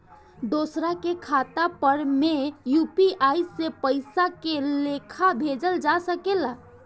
दोसरा के खाता पर में यू.पी.आई से पइसा के लेखाँ भेजल जा सके ला?